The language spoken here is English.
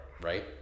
Right